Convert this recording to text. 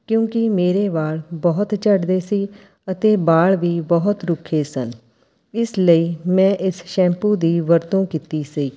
ਕਿਉਂਕਿ ਮੇਰੇ ਵਾਲ਼ ਬਹੁਤ ਝੜਦੇ ਸੀ ਅਤੇ ਵਾਲ਼ ਵੀ ਬਹੁਤ ਰੁੱਖੇ ਸਨ ਇਸ ਲਈ ਮੈਂ ਇਸ ਸ਼ੈਂਪੂ ਦੀ ਵਰਤੋਂ ਕੀਤੀ ਸੀ